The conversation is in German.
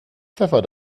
pfeffer